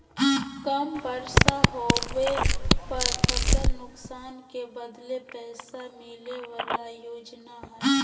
कम बर्षा होबे पर फसल नुकसान के बदले पैसा मिले बला योजना हइ